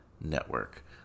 Network